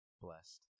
blessed